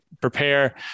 prepare